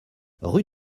rue